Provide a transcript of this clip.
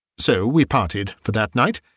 so we parted for that night,